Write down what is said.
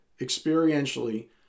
experientially